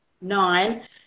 nine